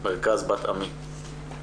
מרכז בת עמי.